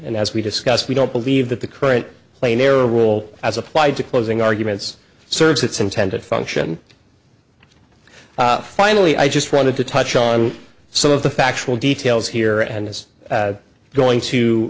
and as we discussed we don't believe that the current playing their role as applied to closing arguments serves its intended function finally i just wanted to touch on some of the factual details here and is going